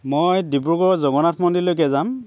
মই ডিব্ৰুগড়ৰ জগন্নাথ মন্দিৰলৈকে যাম